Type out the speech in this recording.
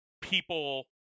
people